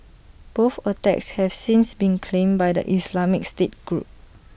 both attacks have since been claimed by the Islamic state group